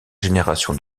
génération